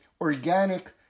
organic